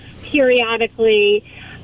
periodically